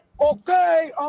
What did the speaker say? okay